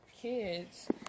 kids